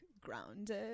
grounded